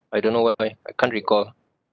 I don't know why buy I can't recall